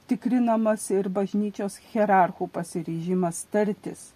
tikrinamas ir bažnyčios hierarchų pasiryžimas tartis